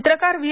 चित्रकार व्ही